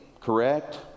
correct